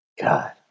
God